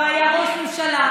מעולם לא היה ראש ממשלה,